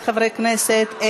כנסת, וואו.